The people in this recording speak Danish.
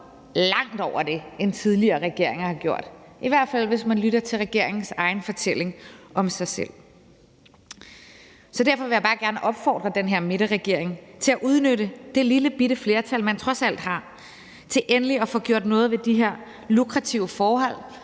langt over det, tidligere regeringer har gjort, i hvert fald hvis man lytter til regeringens egen fortælling om sig selv. Derfor vil jeg bare gerne opfordre den her midterregering til at udnytte det lillebitte flertal, man trods alt har, til endelig at få gjort noget ved de her lukrative forhold,